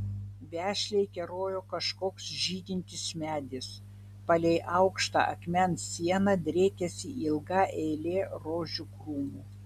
vešliai kerojo kažkoks žydintis medis palei aukštą akmens sieną driekėsi ilga eilė rožių krūmų